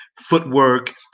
footwork